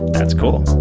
that's cool.